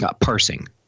parsing